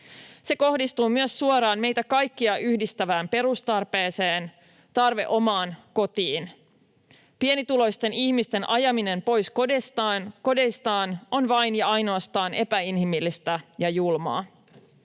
Se kohdistuu myös suoraan meitä kaikkia yhdistävään perustarpeeseen: tarpeeseen omaan kotiin. Pienituloisten ihmisten ajaminen pois kodeistaan on vain ja ainoastaan epäinhimillistä ja julmaa.